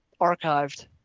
archived